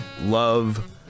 love